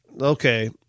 okay